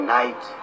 night